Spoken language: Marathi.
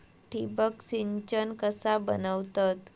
ठिबक सिंचन कसा बनवतत?